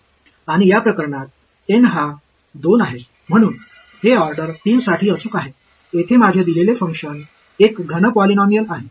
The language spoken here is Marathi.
आणि या प्रकरणात एन हा 2 आहे म्हणून हे ऑर्डर 3 साठी अचूक आहे येथे माझे दिलेले फंक्शन एक घन पॉलिनॉमियल आहे